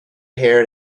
haired